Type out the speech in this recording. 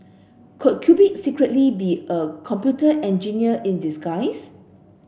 could Cupid secretly be a computer engineer in disguise